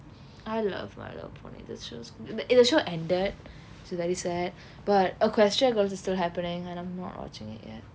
I love my little pony there's just the show ended so that is sad but equestria girls is still happening and I'm not watching it yet